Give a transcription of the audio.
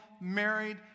married